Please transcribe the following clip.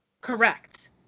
Correct